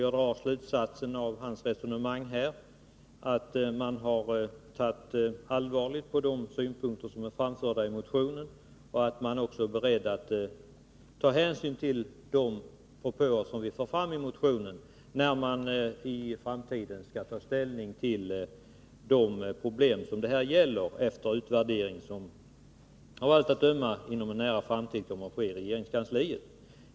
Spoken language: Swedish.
Jag drar den slutsatsen av hans resonemang att man har tagit allvarligt på de synpunkter som är framförda i motionen och att man också är beredd att ta hänsyn till de propåer som vi för fram i motionen när man i framtiden tar ställning till de problem som det här gäller efter en utvärdering som av allt att döma inom en nära framtid kommer att göras i regeringskansliet.